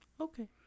Okay